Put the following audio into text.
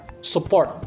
support